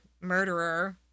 murderer